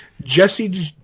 Jesse